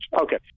Okay